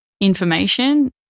information